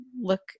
look